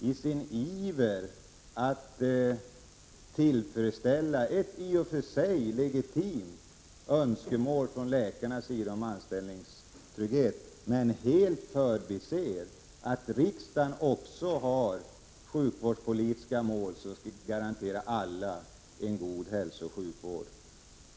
I sin iver att tillfredsställa ett i och för sig legitimt önskemål från läkarnas sida om anställningstrygghet förbiser moderaterna helt att riksdagen också har det sjukvårdspolitiska målet att garantera alla en god hälsooch sjukvård.